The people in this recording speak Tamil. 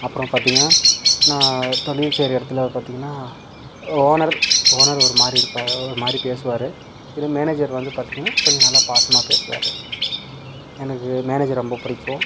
அப்புறம் பார்த்திங்கன்னா நான் தொழில் செய்கிற இடத்துல பார்த்திங்கன்னா ஓனர் ஓனர் ஒரு மாதிரி இருப்பார் ஒரு மாதிரி பேசுவார் இதே மேனேஜர் வந்து பார்த்திங்கன்னா கொஞ்சம் நல்லா பாசமாக பேசுவார் எனக்கு மேனேஜர் ரொம்ப பிடிக்கும்